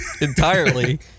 entirely